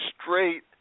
straight